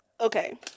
Okay